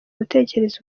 gutekereza